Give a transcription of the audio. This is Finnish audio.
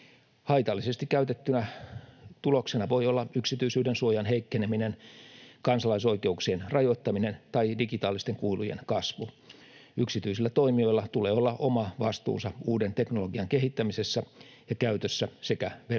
Haitallisesti käytettynä tuloksena voi olla yksityisyyden suojan heikkeneminen, kansalaisoikeuksien rajoittaminen tai digitaalisten kuilujen kasvu. Yksityisillä toimijoilla tulee olla oma vastuunsa uuden teknologian kehittämisessä ja käytössä sekä verkkosisällöissä.